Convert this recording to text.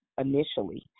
initially